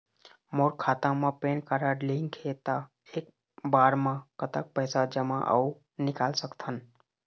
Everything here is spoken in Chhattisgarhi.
मोर खाता मा पेन कारड लिंक हे ता एक बार मा कतक पैसा जमा अऊ निकाल सकथन?